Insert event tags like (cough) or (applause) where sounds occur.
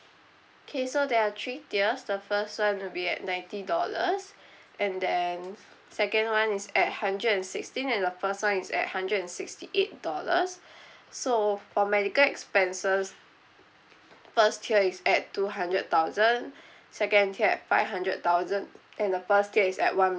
okay so there are three tiers the first one will be at ninety dollars (breath) and then second one is at hundred and sixteen and the third one is at hundred and sixty eight dollars (breath) so for medical expenses first tier is at two hundred thousand (breath) second tier at five hundred thousand and the third tier is at one